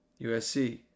USC